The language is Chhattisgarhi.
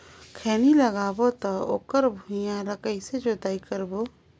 खैनी लगाबो ता ओकर भुईं ला कइसे जोताई करबो?